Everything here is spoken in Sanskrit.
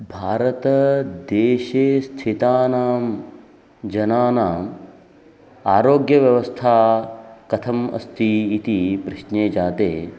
भारतदेशे स्थितानां जनानाम् आरोग्यव्यवस्था कथम् अस्ति इति प्रश्ने जाते